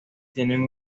tienen